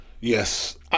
Yes